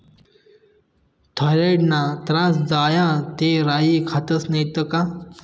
थॉयरॉईडना त्रास झाया ते राई खातस नैत का